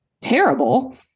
terrible